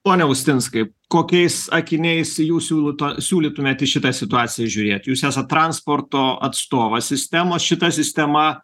pone austinskai kokiais akiniais jų siūluto siūlytumėt į šitą situaciją žiūrėti jūs esat transporto atstovas sistemos šita sistema